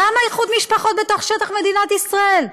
למה איחוד משפחות בתוך שטח מדינת ישראל?